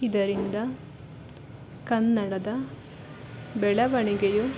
ಇದರಿಂದ ಕನ್ನಡದ ಬೆಳವಣಿಗೆಯು